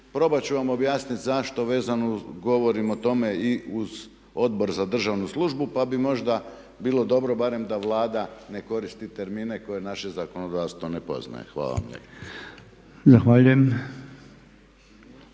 Probat ću vam objasnit zašto vezano govorim o tome i uz Odbor za državnu službu, pa bi možda bilo dobro barem da Vlada ne koristi termine koje naše zakonodavstvo ne poznaje. Hvala vam